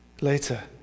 later